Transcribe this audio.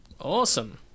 Awesome